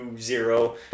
zero